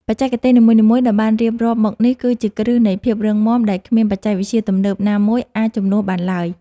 បច្ចេកទេសនីមួយៗដែលបានរៀបរាប់មកនេះគឺជាគ្រឹះនៃភាពរឹងមាំដែលគ្មានបច្ចេកវិទ្យាទំនើបណាមួយអាចជំនួសបានឡើយ។